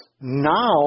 now